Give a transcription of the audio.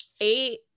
eight